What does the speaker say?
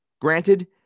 Granted